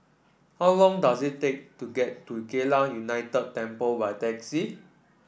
how long does it take to get to Geylang United Temple by taxi